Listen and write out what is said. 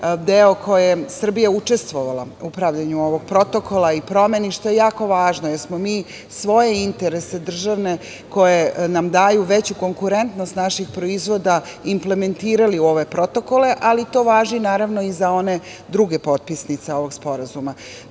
deo kojim je Srbija učestvovala u pravljenju ovog protokola i promeni, što je jako važno, jer smo mi svoje državne interese, koji nam daju veću konkurentnost naših proizvoda, implementirali u ove protokole, ali to važi, naravno, i za one druge potpisnice ovog sporazuma. Tako